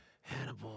Hannibal